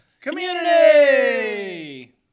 community